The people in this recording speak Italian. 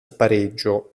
spareggio